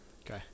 Okay